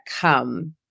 come